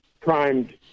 primed